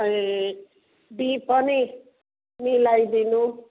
ए B पनि मिलाइदिनु